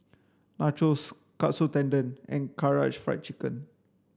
Nachos Katsu Tendon and Karaage Fried Chicken